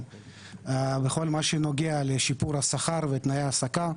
בכל מה שנוגע לשיפור השכר ותנאי ההעסקה.